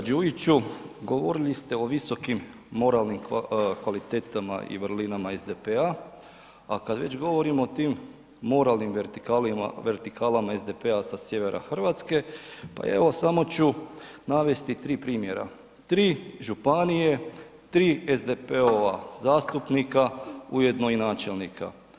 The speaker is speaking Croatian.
Kolega Đujiću, govorili ste o visokim moralnim kvalitetama i vrlinama SDP-a, a kad već govorimo o tim moralnim vertikalama SDP-a sa sjevera RH, pa evo samo ću navesti 3 primjera, 3 županije, 3 SDP-ova zastupnika ujedno i načelnika.